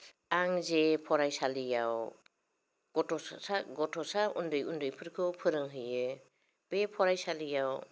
आं जे फरायसालिआव गथ'सा गथ'सा उन्दै उन्दैफोरखौ फोरोंहैयो बे फरायसालिआव